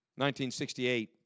1968